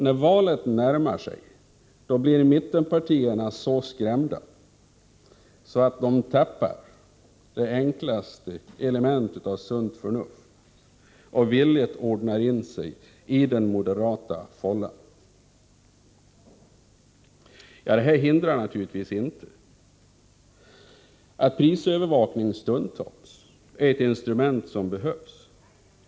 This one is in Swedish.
När valet närmar sig blir mittenpartierna så skrämda att de tappar det enklaste element av sunt förnuft och villigt ordnar in sig i den moderata fållan. Det här hindrar naturligtvis inte att prisövervakning är ett instrument som stundtals behövs.